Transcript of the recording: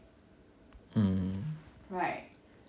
mm